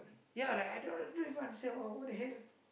ya like I don't don't even understand what what the hell